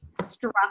struck